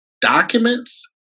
documents